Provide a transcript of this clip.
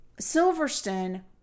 Silverstone